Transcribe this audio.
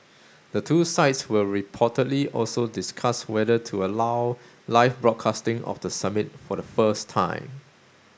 the two sides will reportedly also discuss whether to allow live broadcasting of the summit for the first time